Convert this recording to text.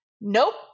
nope